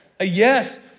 Yes